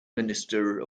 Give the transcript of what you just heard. minister